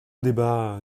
débat